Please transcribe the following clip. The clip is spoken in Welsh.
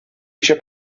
eisiau